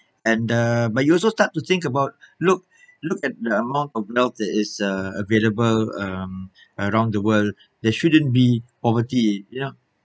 and uh but you also start to think about look look at the amount of love there is uh available um around the world there shouldn't be poverty you know